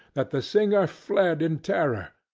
that the singer fled in terror,